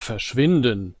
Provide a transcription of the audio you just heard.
verschwinden